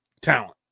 Talent